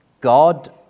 God